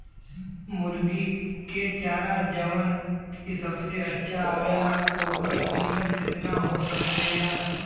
मुर्गी के चारा जवन की सबसे अच्छा आवेला ओकर कीमत केतना हो सकेला?